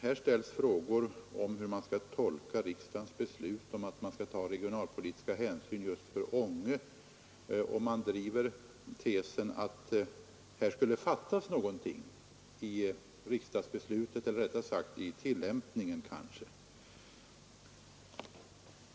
Här ställs frågor om hur man skall tolka riksdagens beslut om regionalpolitiska hänsyn just i fråga om Ånge, och den tesen drivs att här skulle fattas någonting i riksdagsbeslutet eller kanske rättare sagt i tillämpningen.